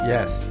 Yes